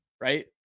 right